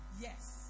Yes